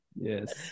Yes